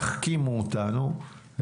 תחכימו אותנו.